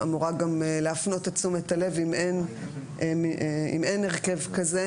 אמורה גם להפנות את תשומת הלב אם אין הרכב כזה,